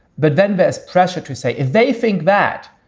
but then there's pressure to say if they think that,